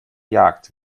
jagd